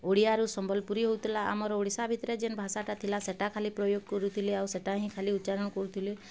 ଓଡ଼ିଆରୁ ସମ୍ବଲପୁରୀ ହଉଥିଲା ଆମର ଓଡ଼ିଶା ଭିତରେ ଯେନ୍ ଭାଷାଟା ଥିଲା ସେଟା ଖାଲି ପ୍ରୟୋଗ୍ କରୁଥିଲେ ଆଉ ସେଟା ହିଁ ଖାଲି ଉଚ୍ଚାରଣ କରୁଥିଲେ